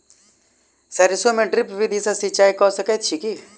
सैरसो मे ड्रिप विधि सँ सिंचाई कऽ सकैत छी की?